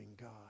God